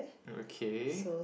okay